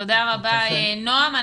תודה רבה, נעם.